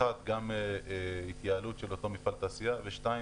ראשית, גם התייעלות של אותו מפעל תעשייה, ושנית,